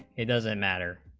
it doesn't matter